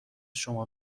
شما